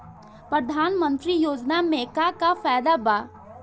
प्रधानमंत्री योजना मे का का फायदा बा?